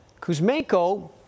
Kuzmenko